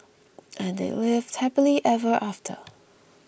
and they lived happily ever after